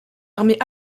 armées